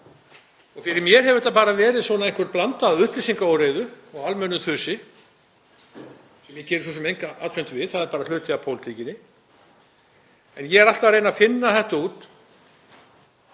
Fyrir mér hefur þetta verið einhver blanda af upplýsingaóreiðu og almennu þusi, sem ég geri svo sem enga athugasemd við, það er bara hluti af pólitíkinni, en ég er alltaf að reyna að finna þetta út: